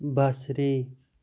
بصری